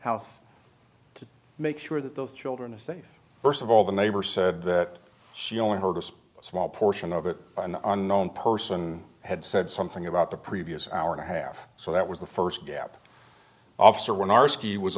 house to make sure that those children are safe first of all the neighbor said that she only heard a small portion of it an unknown person had said something about the previous hour and a half so that was the first gap officer when our city was